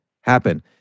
happen